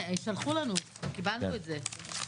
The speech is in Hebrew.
שלחו לנו, קיבלנו את זה.